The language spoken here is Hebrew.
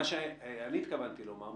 מה שאני התכוונתי לומר,